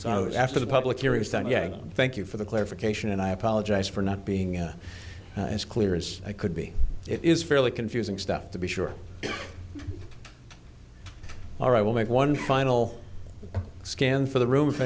so after the public hearings that yeah thank you for the clarification and i apologize for not being as clear as i could be it is fairly confusing stuff to be sure all right i will make one final scan for the room if